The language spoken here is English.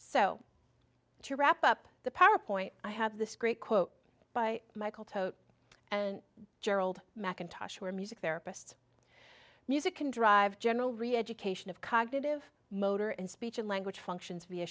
so to wrap up the power point i have this great quote by michael toat and gerald mackintosh where music therapists music can drive general reeducation of cognitive motor and speech and language functions via